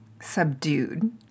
Subdued